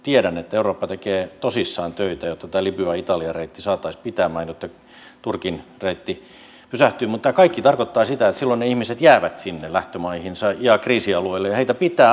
tiedän että eurooppa tekee tosissaan töitä jotta tämä libyaitalia reitti saataisiin pitämään jotta turkin reitti pysähtyy mutta tämä kaikki tarkoittaa sitä että silloin ne ihmiset jäävät sinne lähtömaihinsa ja kriisialueille ja heitä pitää auttaa siellä